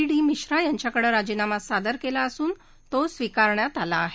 D Mishra यांच्याकडे राजीनामा सादर केला असून तो स्वीकारण्यात आला आहे